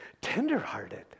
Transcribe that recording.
tenderhearted